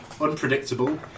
unpredictable